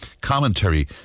commentary